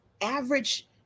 average